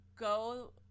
Go